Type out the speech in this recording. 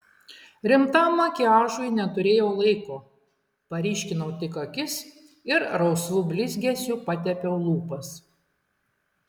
rimtam makiažui neturėjau laiko paryškinau tik akis ir rausvu blizgesiu patepiau lūpas